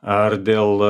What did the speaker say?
ar dėl